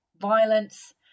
violence